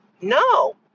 No